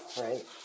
right